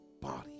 body